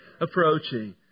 approaching